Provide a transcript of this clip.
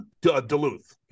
duluth